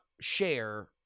share